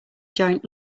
giant